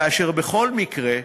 ובכל מקרה,